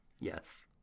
Yes